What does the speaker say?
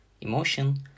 emotion